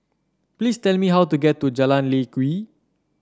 please tell me how to get to Jalan Lye Kwee